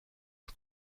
het